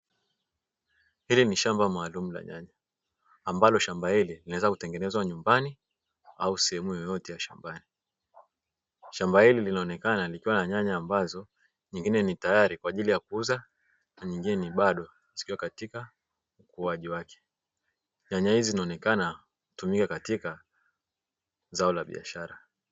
Hili ni shamba maalumu la nyanya, ambalo shamba hili linaweza kutengenezwa nyumbani au sehemu yoyote ya shambani. Shamba hili linaonekana likiwa na nyanya ambazo nyingine ni tayari kwa ajili ya kuuza, na nyingine zikiwa bado katika ukuaji wake. Nyanya hizi inaonekana hutumika katika zao la biashara.